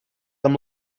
them